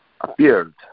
appeared